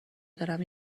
دارم